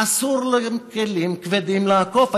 אסור להם, לכלים כבדים, לעקוף.